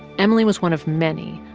emily was one of many.